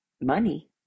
money